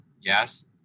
yes